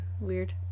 Weird